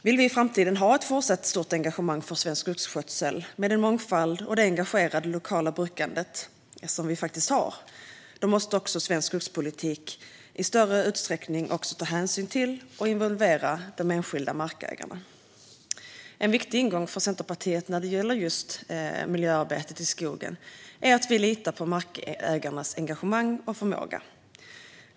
Vill vi i framtiden ha ett fortsatt stort engagemang för svensk skogsskötsel med den mångfald och det engagerade lokala brukandet som vi faktiskt har måste svensk skogspolitik i större utsträckning också ta hänsyn till och involvera de enskilda markägarna. En viktig ingång för Centerpartiet när det gäller just miljöarbetet i skogen är att vi litar på markägarnas engagemang och förmåga.